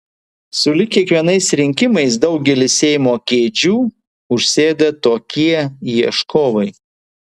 sulig kiekvienais rinkimais daugelį seimo kėdžių užsėda tokie ieškovai